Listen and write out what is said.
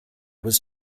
was